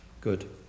Good